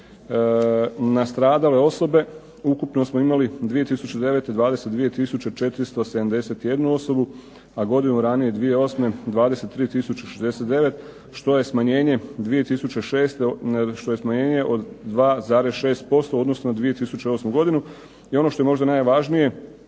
Nastradale osobe, ukupno smo imali 2009. 22 tisuće 471 osobu, a godinu ranije 2008. 23 tisuće 69 što je smanjenje od 2,6% u odnosu na 2008. godinu. I ono što je možda najvažnije,